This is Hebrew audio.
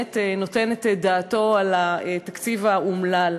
באמת נותן את דעתו על התקציב האומלל.